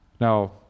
Now